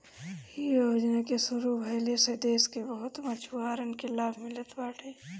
इ योजना के शुरू भइले से देस के बहुते मछुआरन के लाभ मिलल बाटे